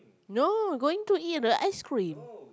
no going to eat the ice cream